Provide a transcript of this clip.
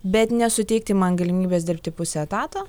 bet nesuteikti man galimybės dirbti puse etato